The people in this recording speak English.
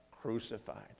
crucified